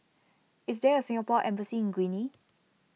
is there a Singapore Embassy in Guinea